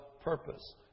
purpose